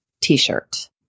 t-shirt